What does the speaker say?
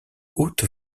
haute